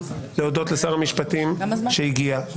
אני רוצה להודות לשר המשפטים שהגיע,